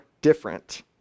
different